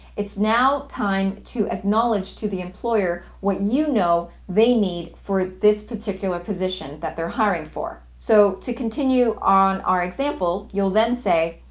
it's now time to acknowledge to the employer what you know they need for this particular position that they're hiring for. so, to continue on our example, you'll then say,